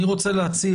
אני רוצה להציע,